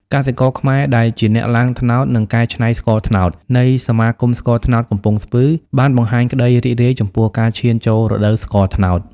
កសិករខ្មែរដែលជាអ្នកឡើងត្នោត និងកែច្នៃស្ករត្នោត នៃសមាគមស្ករត្នោតកំពង់ស្ពឺ បានបង្ហាញក្ដីរីករាយចំពោះការឈានចូលរដូវស្ករត្នោត។